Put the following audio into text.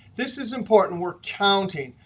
this is important. we're counting.